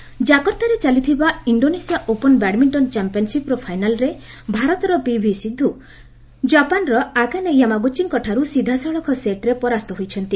badminton ଜାକର୍ତ୍ତାରେ ଚାଲିଥିବା Indonesia open badminton ଚାମ୍ପିୟନସିପ୍ର ଫାଇନାଲ୍ରେ ଭାରତର ପିଭି ସିନ୍ଧୁ ଜାପାନ୍ର ଆକାନେ ୟାମାଗ୍ରଚିଙ୍କଠାର୍ ସିଧାସଳଖ ସେଟ୍ରେ ପରାସ୍ତ ହୋଇଛନ୍ତି